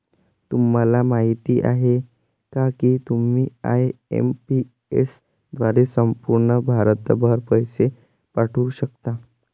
तुम्हाला माहिती आहे का की तुम्ही आय.एम.पी.एस द्वारे संपूर्ण भारतभर पैसे पाठवू शकता